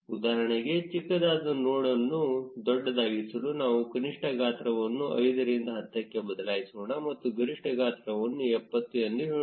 ಉದಾಹರಣೆಗೆ ಚಿಕ್ಕದಾದ ನೋಡ್ ಅನ್ನು ದೊಡ್ಡದಾಗಿಸಲು ನಾವು ಕನಿಷ್ಟ ಗಾತ್ರವನ್ನು 5 ರಿಂದ 10 ಕ್ಕೆ ಬದಲಾಯಿಸೋಣ ಮತ್ತು ಗರಿಷ್ಠ ಗಾತ್ರವನ್ನು 70 ಎಂದು ಹೇಳೋಣ